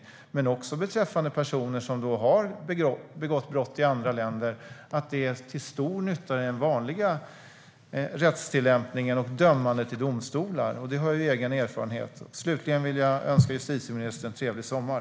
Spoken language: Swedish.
Även beträffande personer som har begått brott i andra länder är det till stor nytta i den vanliga rättstillämpningen och dömandet i domstolar. Det har jag egen erfarenhet av. Slutligen önskar jag justitieministern en trevlig sommar.